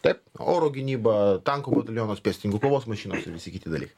taip oro gynyba tankų batalionas pėstininkų kovos mašinos ir visi kiti dalykai